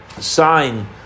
sign